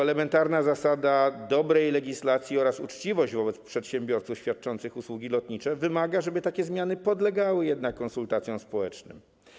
Elementarna zasada dobrej legislacji oraz uczciwość wobec przedsiębiorców świadczących usługi lotnicze wymaga, żeby takie zmiany podlegały konsultacjom społecznym.